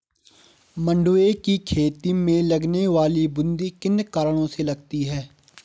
मंडुवे की खेती में लगने वाली बूंदी किन कारणों से लगती है?